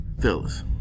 Fellas